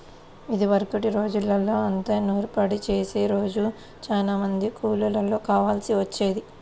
ఇదివరకటి రోజుల్లో అంటే నూర్పిడి చేసే రోజు చానా మంది కూలోళ్ళు కావాల్సి వచ్చేది